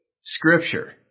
scripture